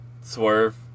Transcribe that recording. Swerve